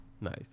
Nice